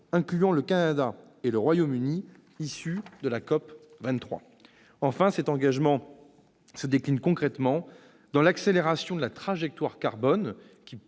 incluant le Canada et le Royaume-Uni. Enfin, cet engagement se décline concrètement dans l'accélération de la trajectoire carbone,